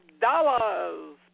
dollars